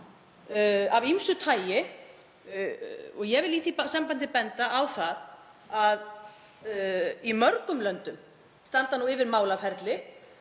af ýmsu tagi. Ég vil í því sambandi benda á það að í mörgum löndum standa nú yfir málaferli